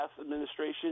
administration